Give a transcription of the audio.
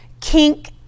kink